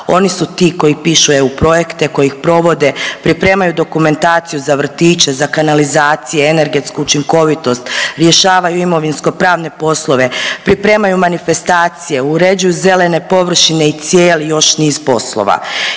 Oni su ti koji pišu EU projekte, koji ih provode, pripremaju dokumentaciju za vrtiće, za kanalizacije, energetsku učinkovitost, rješavaju imovinsko-pravne poslove, pripremaju manifestacije, uređuju zelene površine i cijeli još niz poslova.